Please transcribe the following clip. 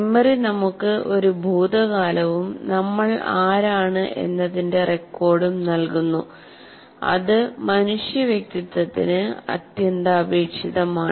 memory നമുക്ക് ഒരു ഭൂതകാലവും നമ്മൾ ആരാണ് എന്നതിന്റെ റെക്കോർഡും നൽകുന്നു അത് മനുഷ്യ വ്യക്തിത്വത്തിന് അത്യന്താപേക്ഷിതമാണ്